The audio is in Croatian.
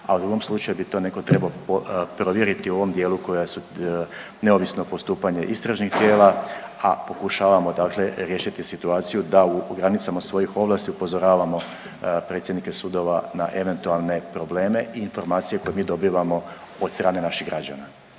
a u drugom slučaju bi to neko trebao provjeriti u ovom dijelu koja su neovisno postupanje istražnih tijela, a pokušavamo dakle riješiti situaciju da u granicama svojih ovlasti upozoravamo predsjednike sudova na eventualne probleme i informacije koje mi dobivamo od strane naših građana.